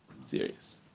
serious